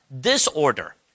disorder